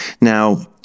Now